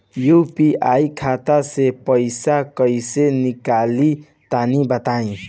UPI खाता से पइसा कइसे निकली तनि बताई?